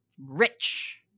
rich